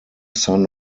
son